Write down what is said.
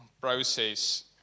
Process